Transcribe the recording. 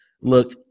Look